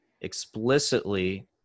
explicitly